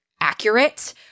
accurate